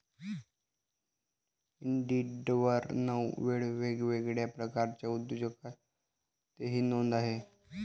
इंडिडवर नऊ वेगवेगळ्या प्रकारच्या उद्योजकतेची नोंद आहे